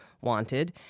wanted